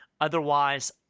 Otherwise